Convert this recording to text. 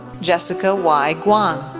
jessica y. guan,